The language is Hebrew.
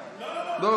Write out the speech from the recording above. לא, לא, כלכלה.